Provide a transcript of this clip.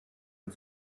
ein